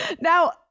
Now